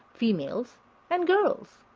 females and girls.